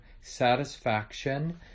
satisfaction